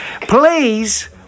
please